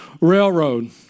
Railroad